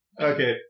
Okay